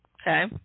Okay